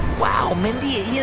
wow, mindy. you